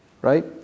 right